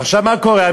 עכשיו, מה קורה?